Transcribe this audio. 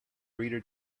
reader